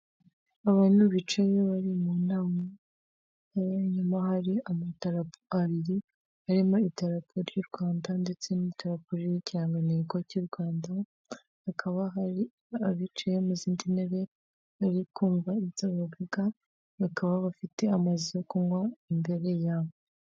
Abantu bicaye bari mu nama inyuma hari amadarapo abiri arimo idarapo ry'u Rwanda ndetse n'ikirangantego cy'u Rwanda hakaba hari abicaye mu zindi ntebe bari kumva ibyo aba bavuga, bakaba bafite amazi yo kunywa imbere yabo.